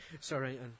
Sorry